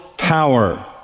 power